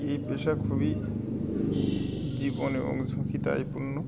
এই পেশা খুবই জীবন এবং ঝুঁকিতায় পূর্ণ